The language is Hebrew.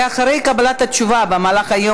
ואחרי קבלת התשובה במהלך היום,